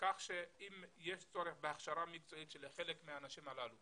כך שאם יש צורך בהכשרה מקצועית של חלק מהאנשים האלה,